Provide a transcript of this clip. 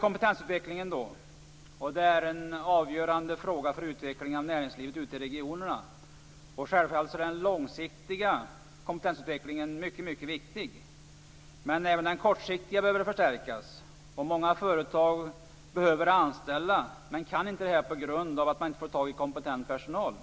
Kompetensutvecklingen är en avgörande fråga för utvecklingen av näringslivet ute i regionerna. Självfallet är den långsiktiga kompetensutvecklingen mycket viktig. Men även den kortsiktiga behöver förstärkas. Många företag behöver anställa men kan inte det på grund av att man inte får tag i kompetent personal.